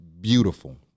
beautiful